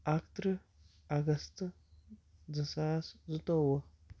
اَکہٕ تٕرٛہ اگستہٕ زٕ ساس زٕتووُہ